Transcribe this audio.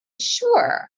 Sure